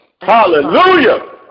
Hallelujah